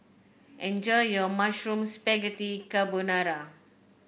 enjoy your Mushroom Spaghetti Carbonara